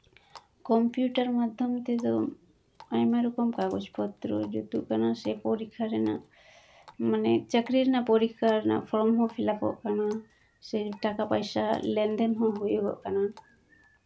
computer ᱢᱟᱫᱽᱫᱷᱚᱢ ᱛᱮᱫᱚ ᱟᱭᱢᱟ ᱨᱚᱠᱚᱢ ᱠᱟᱜᱚᱡᱽ ᱯᱚᱛᱨᱚ ᱡᱩᱛᱩᱜ ᱠᱟᱱᱟ ᱥᱮᱠᱚ ᱯᱚᱨᱤᱠᱠᱷᱟ ᱨᱮᱱᱟᱜ ᱢᱟᱱᱮ ᱪᱟᱹᱠᱨᱤ ᱨᱮᱱᱟᱜ ᱯᱷᱨᱚᱢ ᱦᱚᱸ ᱯᱷᱤᱞᱟᱯᱚᱜ ᱠᱟᱱᱟ ᱥᱮ ᱴᱟᱠᱟ ᱯᱚᱭᱥᱟ ᱞᱮᱱᱫᱮᱱ ᱦᱚᱸ ᱦᱩᱭᱩᱜᱚᱜ ᱠᱟᱱᱟ